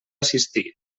assistir